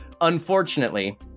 Unfortunately